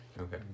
Okay